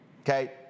Okay